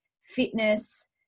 fitness